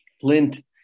Flint